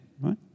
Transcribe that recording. right